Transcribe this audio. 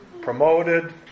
promoted